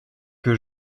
que